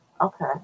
Okay